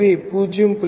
எனவே 0